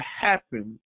happen